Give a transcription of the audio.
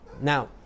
Now